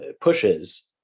pushes